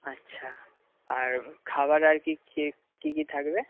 আচ্ছা আর খাওয়াদাওয়া কী কী থাকবে